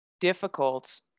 difficult